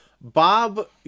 Bob